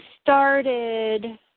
started